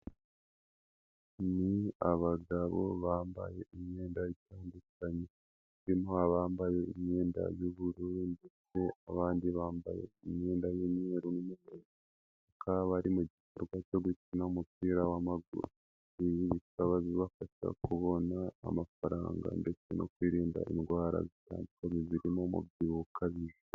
Ni abagabo bambaye imyenda itandukanye, harimo bambaye imyenda y'ubururu ndetse abandi bambaye imyenda y'imweru n'umutuku, bakaba bari mu gikorwa cyo gukina umupira w'amaguru, bikaba bibafasha kubona amafaranga ndetse no kwirinda indwara zitandukanye zirimo umubyibuho ukabije.